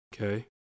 Okay